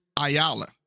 Ayala